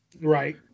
Right